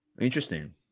Interesting